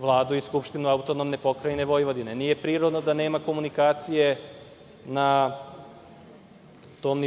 Vladu i Skupštinu AP Vojvodine. Nije prirodno da nema komunikacije na tom